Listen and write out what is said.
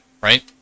right